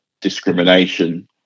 discrimination